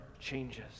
changes